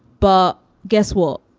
but guess what?